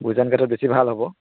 গুঁইজান ঘাটত বেছি ভাল হ'ব